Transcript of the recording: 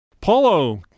paulo